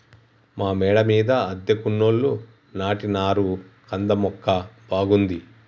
మా మేడ మీద అద్దెకున్నోళ్లు నాటినారు కంద మొక్క బాగుంది